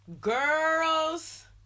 Girls